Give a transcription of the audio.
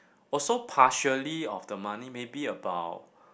also partially of the money maybe about